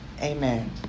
Amen